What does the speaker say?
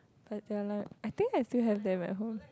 but they're like I think I still have them at home